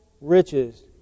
riches